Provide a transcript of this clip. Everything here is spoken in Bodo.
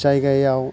जायगायाव